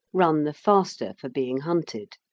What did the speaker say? run the faster for being hunted.